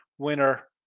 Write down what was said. Winner